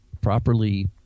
properly